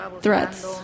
threats